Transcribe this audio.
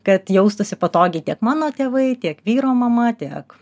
kad jaustųsi patogiai tiek mano tėvai tiek vyro mama tiek